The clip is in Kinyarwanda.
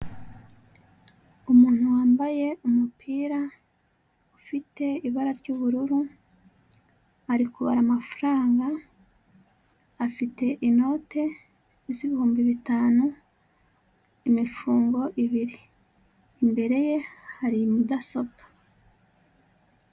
Umuntu wambaye umupira ufite ibara ry'ubururu, ari kubara amafaranga, afite inote z'ibihumbi bitanu imifungo ibiri. Imbere ye hari mudasobwa.